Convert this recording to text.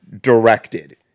directed